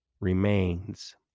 remains